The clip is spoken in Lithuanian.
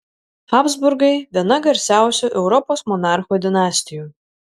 habsburgai viena garsiausių europos monarchų dinastijų